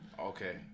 Okay